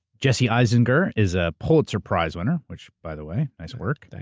jesse eisinger is a pulitzer prize winner. which by the way, nice work. thank